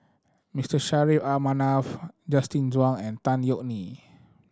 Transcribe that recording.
Mister Saffri A Manaf Justin Zhuang and Tan Yeok Nee